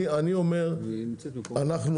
אני אומר אנחנו,